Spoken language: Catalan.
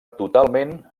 totalment